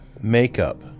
makeup